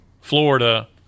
florida